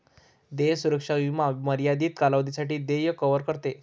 देय सुरक्षा विमा मर्यादित कालावधीसाठी देय कव्हर करते